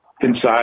inside